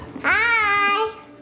Hi